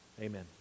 Amen